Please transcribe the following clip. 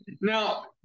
Now